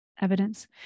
evidence